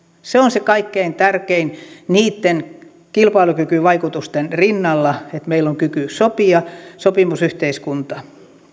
se on se kaikkein tärkein niitten kilpailukykyvaikutusten rinnalla että meillä on kyky sopia sopimusyhteiskunta